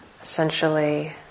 essentially